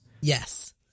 Yes